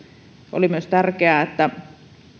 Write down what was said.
oli myös tärkeää että